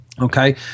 okay